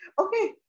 okay